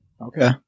Okay